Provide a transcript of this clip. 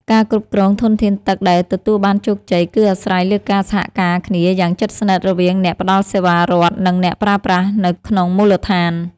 ការគ្រប់គ្រងធនធានទឹកដែលទទួលបានជោគជ័យគឺអាស្រ័យលើការសហការគ្នាយ៉ាងជិតស្និទ្ធរវាងអ្នកផ្តល់សេវារដ្ឋ និងអ្នកប្រើប្រាស់នៅក្នុងមូលដ្ឋាន។